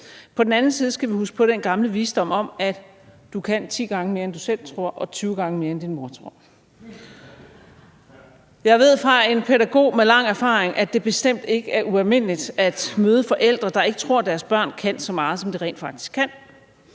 På den anden side skal vi huske på den gamle visdom om, at du kan 10 gange mere, end du selv tror, og 20 gange mere, end din mor tror. Jeg ved fra en pædagog med lang erfaring, at det bestemt ikke er ualmindeligt at møde forældre, der ikke tror, at deres børn kan så meget, som de rent faktisk kan,